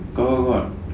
got got got